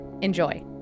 Enjoy